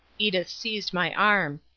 edith seized my arm.